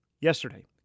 Yesterday